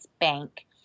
bank